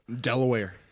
Delaware